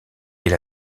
est